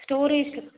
ஸ்டோரேஜில்